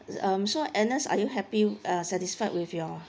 um so agnes are you happy uh satisfied with your uh